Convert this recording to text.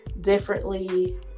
differently